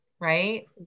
right